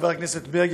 חבר הכנסת מרגי,